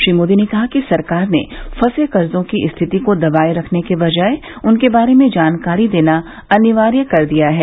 श्री मोदी ने कहा कि सरकार ने फंसे कर्जो की स्थिति को दबाये रखने के बजाय उनके बारे में जानकारी देना अनिवार्य कर दिया है